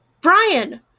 Brian